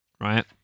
right